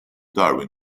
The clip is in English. darwin